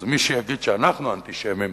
אז מי שיגיד שאנחנו אנטישמים,